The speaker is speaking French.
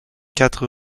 quatre